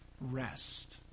rest